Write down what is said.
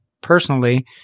personally